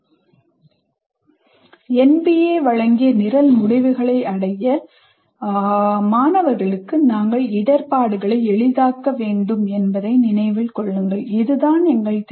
NBA வழங்கிய நிரல் முடிவுகளை அடைய மாணவர்களுக்கு நாம் இடர்பாடுகளை எளிதாக்க வேண்டும் என்பதை நினைவில் கொள்ளுங்கள் இதுதான் எங்கள் தேவை